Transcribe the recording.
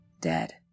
dead